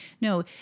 No